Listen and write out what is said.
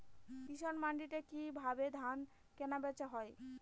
কৃষান মান্ডিতে কি ভাবে ধান কেনাবেচা হয়?